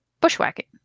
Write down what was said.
bushwhacking